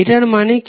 এটার মানে কি